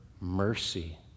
mercy